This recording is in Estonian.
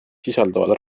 sisaldavad